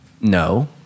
No